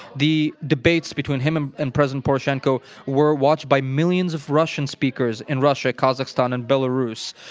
the debates between him him and president poroshenko were watched by millions of russian speakers in russia, kazakhstan, and belarus.